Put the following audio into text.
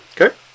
Okay